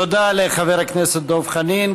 תודה לחבר הכנסת דב חנין.